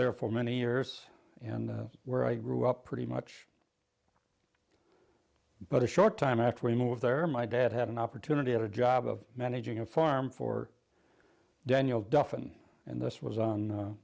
there for many years and where i grew up pretty much but a short time after we moved there my dad had an opportunity at a job of managing a farm for daniel's dolphin and this was on